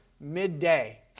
midday